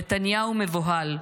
נתניהו מבוהל,